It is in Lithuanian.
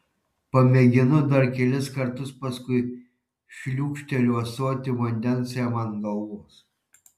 pamėginu dar kelis kartus paskui šliūkšteliu ąsotį vandens jam ant galvos